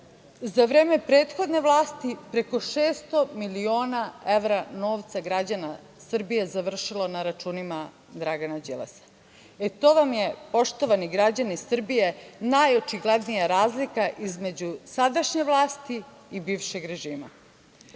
za vreme prethodne vlasti preko 600 miliona evra novca građana Srbije završilo na računima Dragana Đilasa. To vam je poštovani građani Srbije najočiglednija razlika između sadašnje vlasti i bivšeg režima. Kada